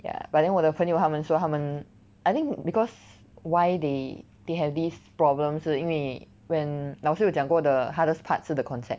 ya but then 我的朋友他们说他们 I think because why they they have this problem 是因为 when 老师有讲过的 the hardest parts 是 the concept